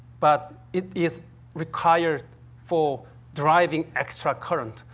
but it is required for driving extra current.